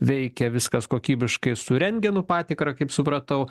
veikia viskas kokybiškai su rentgenu patikrą kaip supratau